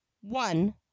one